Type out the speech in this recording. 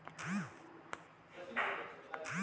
Debit card ಬಗ್ಗೆ ಮಾಹಿತಿಯನ್ನ ಎಲ್ಲಿ ತಿಳ್ಕೊಬೇಕು?